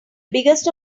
biggest